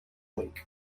week